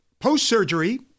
post-surgery